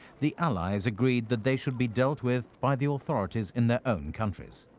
the allies agreed that they should be dealt with by the authorities in their own countries.